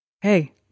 Hey